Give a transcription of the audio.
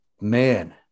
man